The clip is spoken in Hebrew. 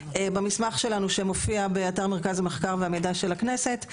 במסמך שלנו שמופיע באתר מרכז המחקר והמידע של הכנסת,